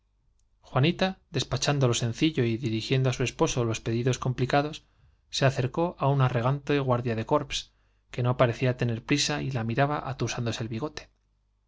juanita despachando lo sencillo y dirigiendo á su acercó á un arro esposo los pedidos complicados se gante guardia de corps que no parecía tener prisa y la miraba atusándose el bigote en